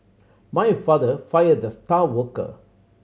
my father fired the star worker